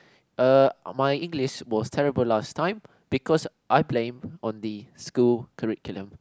err my English was terrible last time because I blame on the school curriculum